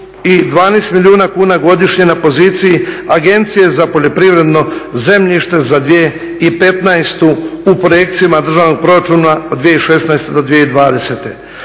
i 12 milijuna kuna godišnje na poziciji Agencije za poljoprivredno zemljište za 2015. u projekcijama državnog proračuna od 2016. do 2020.